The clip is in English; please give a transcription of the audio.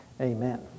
Amen